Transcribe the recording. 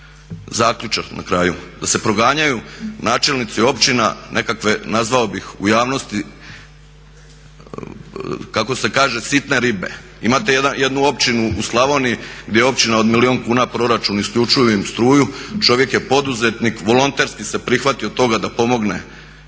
zaključak na kraju? Da se proganjaju načelnici općina, nekakve nazvao bih u javnosti kako se kaže sitne ribe. Imate jednu općinu u Slavoniji gdje je općina od milijun kuna proračun, isključili im struju. Čovjek je poduzetnik, volonterski se prihvatio toga da pomogne